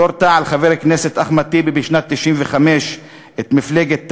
יו"ר תע"ל, חבר הכנסת אחמד טיבי, את מפלגת תע"ל,